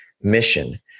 mission